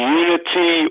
unity